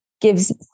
gives